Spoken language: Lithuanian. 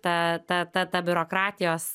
ta ta ta ta biurokratijos